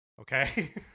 Okay